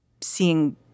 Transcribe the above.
seeing